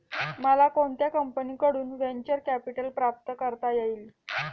मला कोणत्या कंपनीकडून व्हेंचर कॅपिटल प्राप्त करता येईल?